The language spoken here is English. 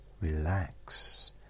relax